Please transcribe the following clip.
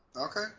Okay